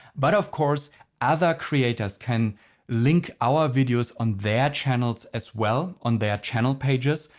but of course other creators can link our videos on their channels as well on their channel pages.